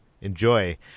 enjoy